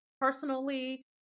personally